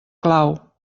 clau